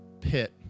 pit